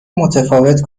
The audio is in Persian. متفاوت